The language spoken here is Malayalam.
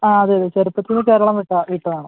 ആ അതെ അതെ ചെറുപ്പത്തു നിന്ന് കേരളം വിട്ടത് വിട്ടതാണ്